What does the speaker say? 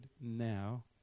now